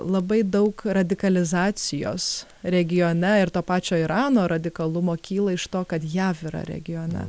labai daug radikalizacijos regione ir to pačio irano radikalumo kyla iš to kad jav yra regione